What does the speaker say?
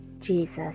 Jesus